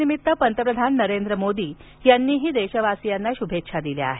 त्यानिमित्त पंतप्रधान नरेंद्र मोदी यांनी देशवासियांना शुभेच्छा दिल्या आहेत